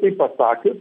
taip pasakius